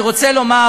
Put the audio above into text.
אני רוצה לומר,